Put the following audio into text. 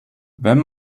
wenn